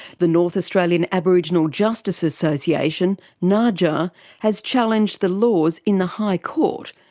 the north australian aboriginal justice association najaa has challenged the laws in the high court,